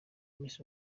miss